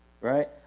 right